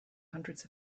hundreds